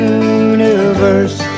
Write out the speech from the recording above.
universe